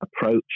approach